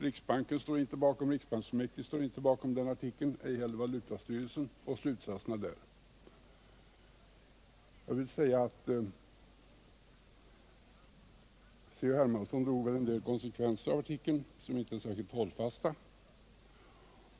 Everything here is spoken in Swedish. Riksbanksfullmäktige står inte bakom artikeln och slutsatserna där, och ej heller valutastyrelsen. Herr Hermansson drog en del konsekvenser av artikeln som inte är särskilt hållfasta.